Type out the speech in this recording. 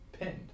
Pinned